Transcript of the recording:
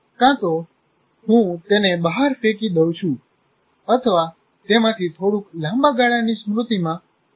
કાં તો હું તેને બહાર ફેંકી દઉં છું અથવા તેમાંથી થોડુંક લાંબા ગાળાની સ્મૃતિમાં સ્થાનાંતરિત કરું છું